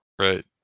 Right